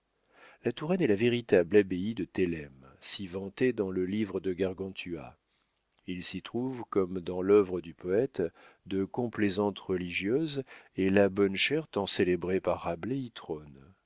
la touraine est la véritable abbaye de thélême si vantée dans le livre de gargantua il s'y trouve comme dans l'œuvre du poète de complaisantes religieuses et la bonne chère tant célébrée par